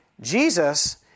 Jesus